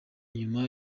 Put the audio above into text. nyuma